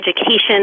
Education